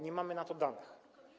Nie mamy na to danych.